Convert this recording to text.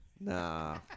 Nah